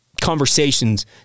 conversations